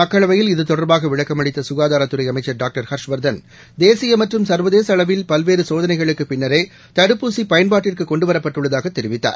மக்களவையில் இதுதொடர்பாகவிளக்கமளித்தகாதாரத் துறைஅமைச்ச் டாங்டர் ஹர்ஷ்வர்தன் தேசியமற்றும் சர்வதேசஅளவில் பல்வேறுசோதனைகளுக்குப் பின்னரேதடுப்பூசியன்பாட்டிற்குகொண்டுவரப்பட்டுள்ளதாகதெரிவித்தார்